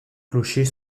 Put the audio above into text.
clocher